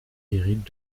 hérite